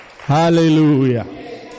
Hallelujah